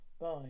bye